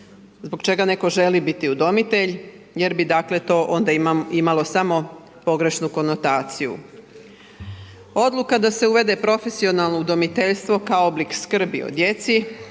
zbog čega netko želi biti udomitelj jer bi to dakle onda imalo samo pogrešnu konotaciju. Odluka da se uvede profesionalno udomiteljstvo kao oblik skrbi,